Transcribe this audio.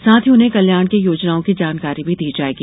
साथ ही उन्हें कल्याण के योजनाओं की जानकारी भी दी जायेगी